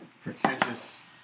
pretentious